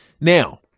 Now